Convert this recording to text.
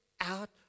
out